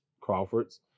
Crawford's